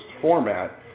format